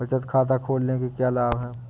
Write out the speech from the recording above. बचत खाता खोलने के क्या लाभ हैं?